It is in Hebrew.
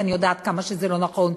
כי אני יודעת כמה שזה לא נכון,